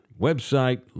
website